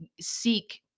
seek